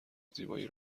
زیبایی